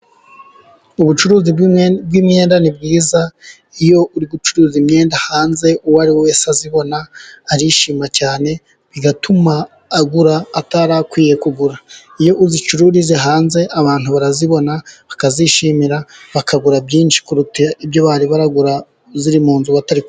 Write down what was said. Ubucuruzi bw'imyenda ni bwiza. Iyo uri gucuruza imyenda hanze, uwari we wese ayibona arishima cyane, bigatuma agura atari akwiye kugura. Iyo uyicururiza hanze, abantu barayibona bakayishimira bakagura byinshi kuruta ibyo bari baragura iri mu nzu batari...